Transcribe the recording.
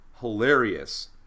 hilarious